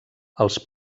els